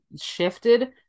shifted